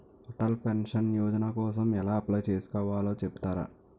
Atal pension Yojana కోసం ఎలా apply చేసుకోవాలో చెపుతారా?